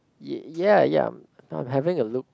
ya ya having a look